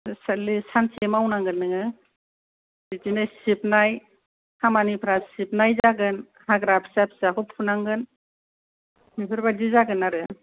खालि सानसे मावनांगोन नोङो बिदिनो सिबनाय खामानिफ्रा सिबनाय जागोन हाग्रा फिसा फिसाखौ फुनांगोन बेफोरबायदि जागोन आरो